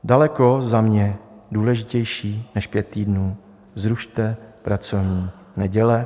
Daleko za mě důležitější než pět týdnů: zrušte pracovní neděle.